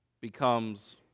becomes